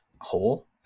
hole